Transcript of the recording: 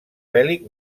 bèl·lic